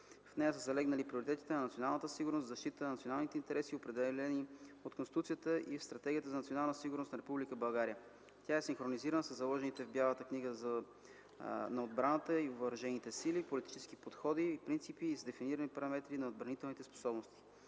В нея са залегнали приоритетите на националната сигурност за защитата на националните интереси, определени в Конституцията и в Стратегията за национална сигурност на Република България. Тя е синхронизирана със заложените в Бялата книга на отбраната и въоръжените сили политически подходи и принципи и с дефинираните параметри на отбранителните способности.